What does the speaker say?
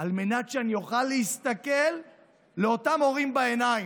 על מנת שאני אוכל להסתכל לאותם הורים בעיניים,